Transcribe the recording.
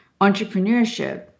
entrepreneurship